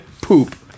poop